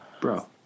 Bro